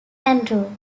andrew